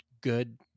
good